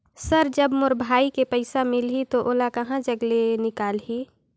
Sir जब मोर भाई के पइसा मिलही तो ओला कहा जग ले निकालिही?